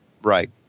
Right